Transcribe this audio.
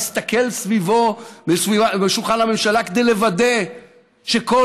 הוא הסתכל סביבו על שולחן הממשלה כדי לוודא שכל